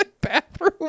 bathroom